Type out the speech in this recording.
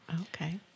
Okay